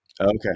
Okay